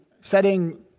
setting